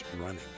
running